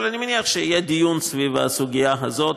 אבל אני מניח שיהיה דיון סביב הסוגיה הזאת.